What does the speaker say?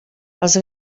els